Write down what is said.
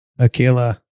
Aquila